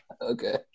Okay